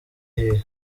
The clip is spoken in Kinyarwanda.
hehe